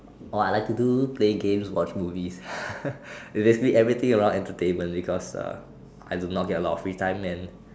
ah I like to do play games watch movies obviously everything around entertainment because I do not get a lot of free times and